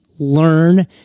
Learn